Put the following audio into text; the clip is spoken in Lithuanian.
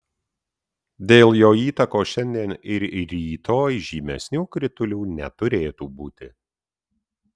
dėl jo įtakos šiandien ir rytoj žymesnių kritulių neturėtų būti